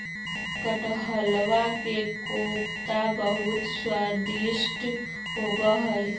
कटहलवा के कोफ्ता बहुत स्वादिष्ट होबा हई